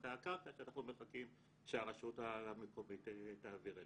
מסמכי הקרקע שאנחנו מחכים שהרשות המקומית תעביר אלינו.